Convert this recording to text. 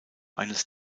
eines